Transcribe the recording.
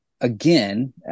again